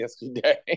yesterday